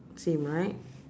same right